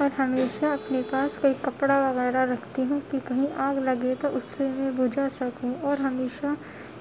اور ہمیشہ اپنے پاس کوئی کپڑا وغیرہ رکھتی ہوں کہ کہیں آگ لگے تو اس سے میں بجھا سکوں اور ہمیشہ